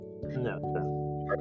No